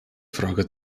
frage